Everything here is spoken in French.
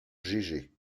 gégé